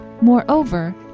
Moreover